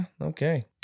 Okay